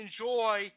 enjoy